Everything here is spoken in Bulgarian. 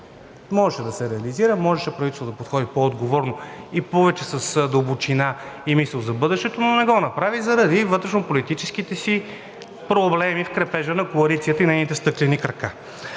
Можеше да се реализира, можеше правителството да подходи по-отговорно и с повече дълбочина и мисъл за бъдещето, но не го направи заради вътрешнополитическите си проблеми в крепежа на коалицията и нейните стъклени крака.